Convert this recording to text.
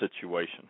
situation